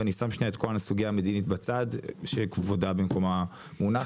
ואני שם שנייה את כל סוגי המדיניות בצד שכבודה במקומה מונח,